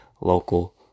local